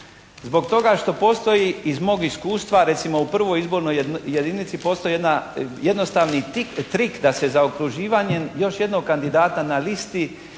zbog toga što postoji iz mog iskustva, recimo u prvoj izbornoj jedinici postoji jedan jednostavni trik da se zaokruživanjem još jednog kandidata na listi